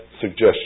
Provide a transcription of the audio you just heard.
suggestion